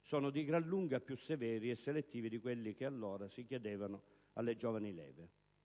sono di gran lunga più severi e selettivi di quelli che allora si chiedevano alle giovani leve.